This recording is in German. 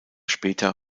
später